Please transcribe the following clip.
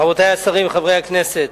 רבותי השרים, רבותי חברי הכנסת,